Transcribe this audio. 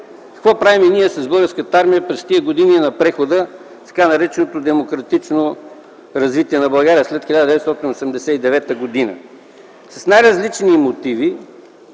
Какво правим ние с Българската армия през тези години на прехода, така нареченото демократично развитие на България след 1989 г., с най-различни мотиви: